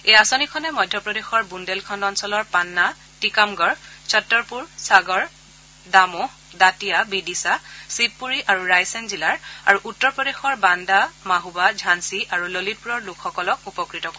এই আঁচনিখনে মধ্যপ্ৰদেশৰ বুন্দেলখণ্ড অঞ্চলৰ পান্না টিকামগড় ছত্তৰপুৰ ছাগৰ ডামোহ দাতিয়া বিডিছা চিৱপুৰী আৰু ৰাইছেন জিলাৰ আৰু উত্তৰ প্ৰদেশৰ বান্দা মাহোবা ঝালি আৰু ললিতপূৰৰ লোকসকলক উপকত কৰিব